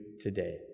today